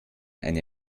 eine